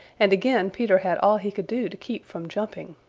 and again peter had all he could do to keep from jumping.